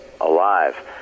Alive